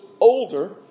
older